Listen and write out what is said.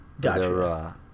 Gotcha